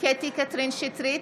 קטי קטרין שטרית,